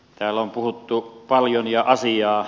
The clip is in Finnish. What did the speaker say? täällä on puhuttu paljon ja asiaa